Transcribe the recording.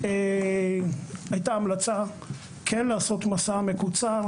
הייתה המלצה כן לעשות מסע מקוצר